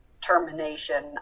termination